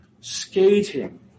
Skating